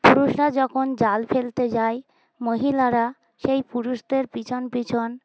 পুরুষরা যখন জাল ফেলতে যায় মহিলারা সেই পুরুষদের পিছন পিছন